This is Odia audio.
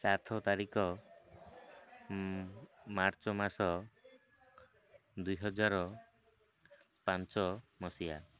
ସାତ ତାରିଖ ମାର୍ଚ୍ଚ ମାସ ଦୁଇ ହଜାର ପାଞ୍ଚ ମସିହା